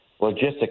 logistics